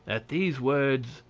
at these words,